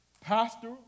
pastor